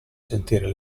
sentire